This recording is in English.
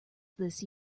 this